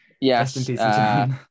Yes